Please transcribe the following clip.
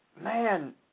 man